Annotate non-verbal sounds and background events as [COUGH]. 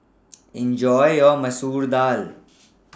[NOISE] Enjoy your Masoor Dal